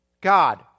God